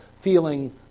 feeling